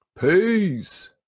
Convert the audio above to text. peace